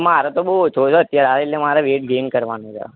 મારે તો બહુ ઓછો છે અત્યારે હા એટલે મારે વેટ ગેઇન કરવાનું છે